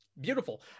Beautiful